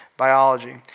biology